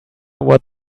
what